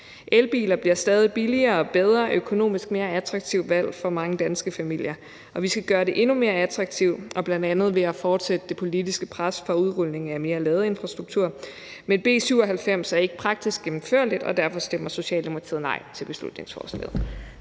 Elbiler bliver stadig billigere og bedre og et økonomisk mere attraktivt valg for mange danske familier. Vi skal gøre det endnu mere attraktivt, bl.a. ved at fortsætte det politiske pres for udrulning af mere ladeinfrastruktur. Men B 97 er ikke praktisk gennemførligt, og derfor stemmer Socialdemokratiet nej til beslutningsforslaget.